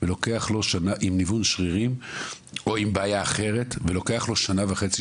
עם ניוון שרירים או עם בעיה אחרת ולוקח לו שנה וחצי,